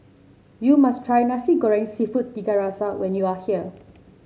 you must try Nasi Goreng seafood Tiga Rasa when you are here